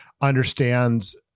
understands